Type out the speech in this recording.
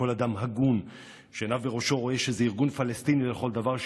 כל אדם הגון שעיניו בראשו רואה שזה ארגון פלסטיני לכל דבר,